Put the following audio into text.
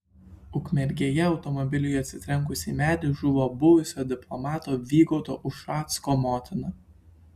ukmergėje automobiliui atsitrenkus į medį žuvo buvusio diplomato vygaudo ušacko motina